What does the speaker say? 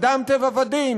אדם טבע ודין,